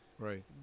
Right